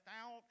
out